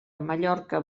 mallorca